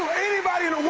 anybody in